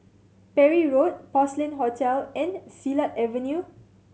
Parry Road Porcelain Hotel and Silat Avenue